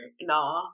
no